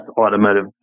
automotive